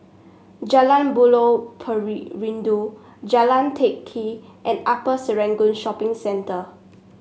Jalan Buloh Jalan Teck Kee and Upper Serangoon Shopping Centre